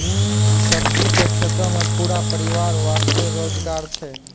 सब्जी के खेतों मॅ पूरा परिवार वास्तॅ रोजगार छै